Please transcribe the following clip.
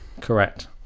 correct